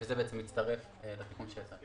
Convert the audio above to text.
וזה מצטרף לתיקון שהצעתם.